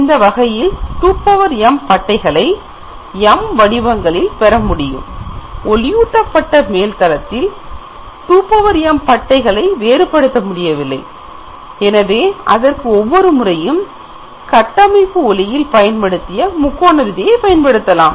இந்த வகையில் 2m பட்டைகளை m வடிவங்களில் பெறமுடியும் ஒளியூட்டப்பட்ட மேல் தளங்களில் 2m பட்டைகளை வேறு படுத்த முடியவில்லை அதற்கு ஒவ்வொரு முறையும் கட்டமைப்பு ஒளியில் பயன்படுத்திய முக்கோண விதியை பயன்படுத்தலாம்